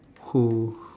who